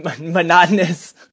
Monotonous